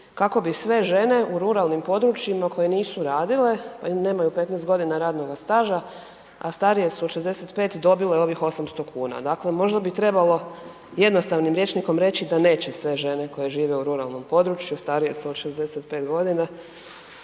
kako bi sve žene u ruralnim područjima koje nisu radile i nemaju 15 godina radnoga staža, a starije su od 65 dobile ovih 800 kuna. Dakle, možda bi trebalo jednostavnim rječnikom reći da neće sve žene koje žive u ruralnom području, starije su od 65 g. i